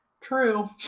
True